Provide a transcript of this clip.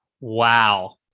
Wow